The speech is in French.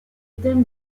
thème